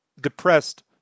depressed